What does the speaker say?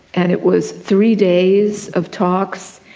and it was three days of talks.